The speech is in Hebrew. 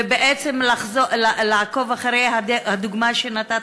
ובעצם לעקוב אחרי הדוגמה שנתת,